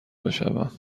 بشوم